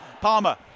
Palmer